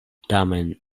tamen